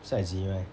是 eczema meh